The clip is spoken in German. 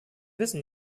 wissen